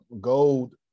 gold